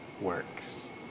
works